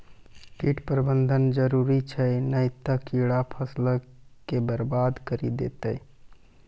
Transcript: कीट प्रबंधन जरुरी छै नै त कीड़ा फसलो के बरबाद करि देतै